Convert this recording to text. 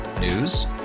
News